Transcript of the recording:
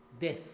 death